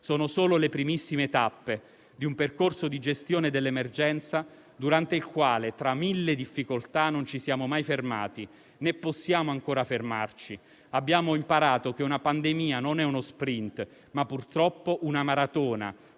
Sono solo le primissime tappe di un percorso di gestione dell'emergenza durante il quale, tra mille difficoltà, non ci siamo mai fermati, né possiamo ancora fermarci. Abbiamo imparato che una pandemia non è uno *sprint*, ma purtroppo una maratona,